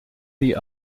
the